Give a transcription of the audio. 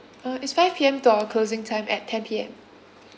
uh is five P_M to our closing time at ten P_M